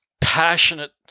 passionate